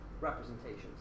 representations